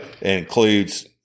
includes